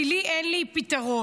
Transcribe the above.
כי לי אין פתרון.